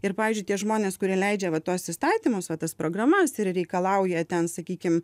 ir pavyzdžiui tie žmonės kurie leidžia va tuos įstatymus va tas programas ir reikalauja ten sakykim